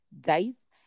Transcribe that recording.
dice